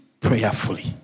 Prayerfully